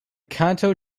canto